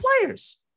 players